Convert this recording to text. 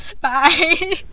Bye